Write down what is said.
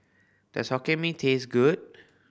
does Hokkien Mee taste good